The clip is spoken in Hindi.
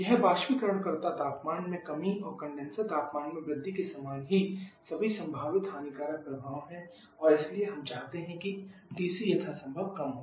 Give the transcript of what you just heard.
यह बाष्पीकरणकर्ता तापमान में कमी और कंडेनसर तापमान में वृद्धि के समान ही सभी संभावित हानिकारक प्रभाव है और इसलिए हम हमेशा चाहते हैं कि TC यथासंभव कम हो